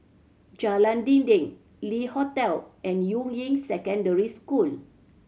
Jalan Dinding Le Hotel and Yuying Secondary School